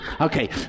Okay